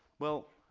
well,